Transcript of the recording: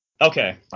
Okay